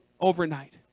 overnight